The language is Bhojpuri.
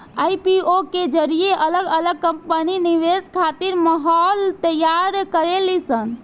आई.पी.ओ के जरिए अलग अलग कंपनी निवेश खातिर माहौल तैयार करेली सन